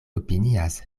opinias